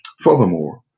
Furthermore